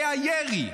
היה ירי,